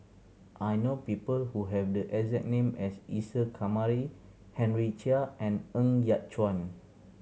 I know people who have the exact name as Isa Kamari Henry Chia and Ng Yat Chuan